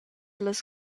las